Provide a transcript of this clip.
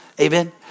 Amen